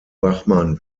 bachmann